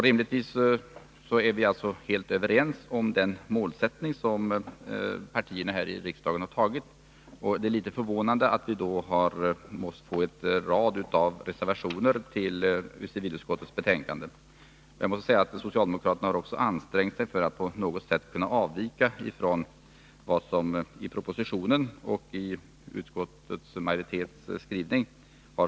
Rimligtvis är vi helt överens om den målsättning som partierna här i riksdagen har stannat för, och det är litet förvånande att vi då har måst få en rad reservationer till civilutskottets betänkade. Jag måste säga att socialdemokraterna också har ansträngt sig för att på något sätt kunna avvika från vad som föreslagits i propositionen och i utskottsmajorietetens skrivning.